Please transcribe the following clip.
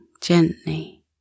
gently